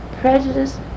prejudice